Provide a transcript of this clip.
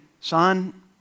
son